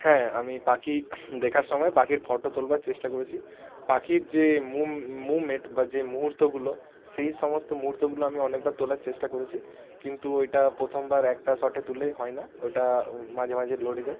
হ্যাঁ আমি পাখি দেখার সময় পাখির ফটো তুলবার চেষ্টা করেছি পাখির যে মুভ মুভমেন্ট বা যে মুহুর্তগুলো সেই সমস্ত মুহুর্তগুলো আমি অনেকবার তোলার চেষ্টা করেছি কিন্তু ওইটা প্রথমবার একটা শটে তুলেই হয় না ওটা মাঝে মাঝে লড়ে যায়